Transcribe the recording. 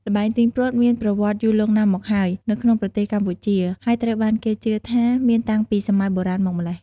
ល្បែងទាញព្រ័ត្រមានប្រវត្តិយូរលង់ណាស់មកហើយនៅក្នុងប្រទេសកម្ពុជា ហើយត្រូវបានគេជឿថាមានតាំងពីសម័យបុរាណមកម្ល៉េះ។